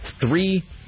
Three